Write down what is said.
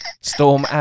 Storm